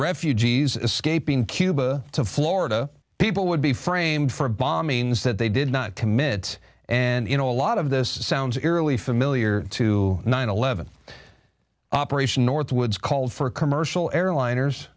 refugees escaping cuba to florida people would be framed for bombings that they did not commit and you know a lot of this sounds eerily familiar to nine eleven operation northwoods called for commercial airliners